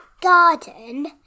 garden